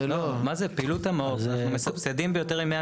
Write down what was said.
זה לא --- אנחנו מסבסדים ביותר מ-100